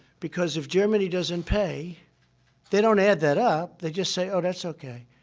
because if germany doesn't pay they don't add that up, they just say, oh, that's okay.